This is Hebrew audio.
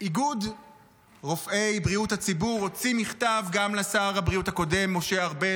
איגוד רופאי בריאות הציבור הוציא מכתב גם לשר הבריאות הקודם משה ארבל